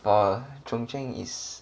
orh chung cheng is